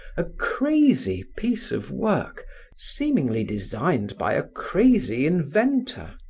a crazy piece of work seemingly designed by a crazy inventor.